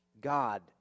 God